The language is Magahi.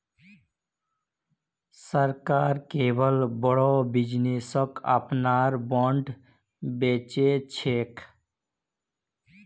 सरकार केवल बोरो निवेशक अपनार बॉन्ड बेच छेक